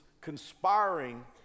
conspiring